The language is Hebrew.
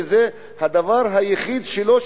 וזה הדבר היחיד שלו,